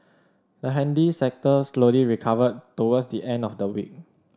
the handy sector slowly recovered towards the end of the week